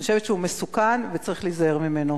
אני חושבת שהיא מסוכנת וצריך להיזהר ממנה.